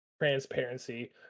transparency